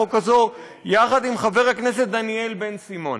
החוק הזאת יחד עם חבר הכנסת דניאל בן-סימון,